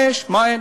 5. מה אין?